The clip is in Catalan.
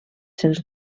sens